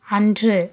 அன்று